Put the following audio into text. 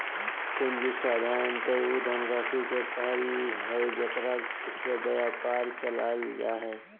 पूँजी साधारणतय उ धनराशि के कहइ हइ जेकरा से व्यापार चलाल जा हइ